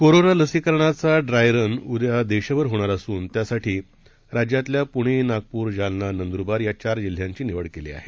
कोरोनालसीकरणाचाड्रायरनउद्यादेशभरहोणारअसूनत्यासाठीराज्यातल्यापुणे Nagpur Jalna नंदूरबारयाचारजिल्ह्यांचीनिवडकेलीआहे